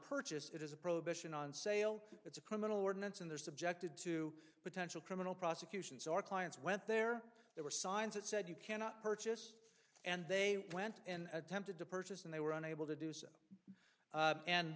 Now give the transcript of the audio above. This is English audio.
purchase it is a prohibition on sale it's a criminal ordinance and they're subjected to potential criminal prosecution so our clients went there there were signs that said you cannot purchase and they went and attempted to purchase and they were unable to do so